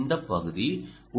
இந்த பகுதி 0